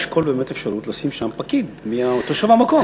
לשקול באמת אפשרות לשים שם פקיד תושב המקום.